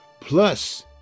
plus